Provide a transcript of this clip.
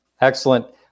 Excellent